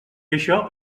això